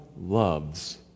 loves